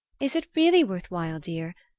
is it really worth while, dear?